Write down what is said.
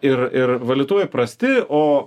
ir ir valytuvai prasti o